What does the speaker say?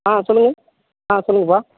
ஆ சொல்லுங்க ஆ சொல்லுங்கபா